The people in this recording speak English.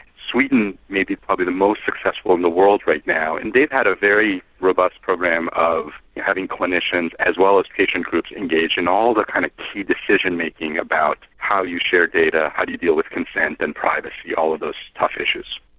sweden may be probably the most successful in the world right now and they've had a very robust program of having clinicians as well as patient groups engaged in all the kind of key decision making about how you share data, how you deal with consent and privacy, all of those tough issues.